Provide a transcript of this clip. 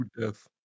death